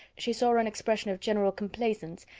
she saw an expression of general complaisance,